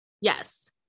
Yes